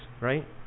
right